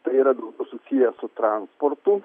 tai yra daugiau susiję su transportu